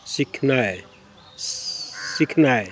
सिखनाइ सिखनाइ